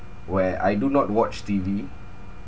where I do not watch T_V